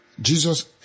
Jesus